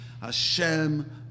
Hashem